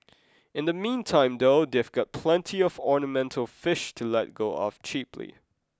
in the meantime though they've got plenty of ornamental fish to let go of cheaply